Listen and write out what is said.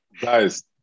guys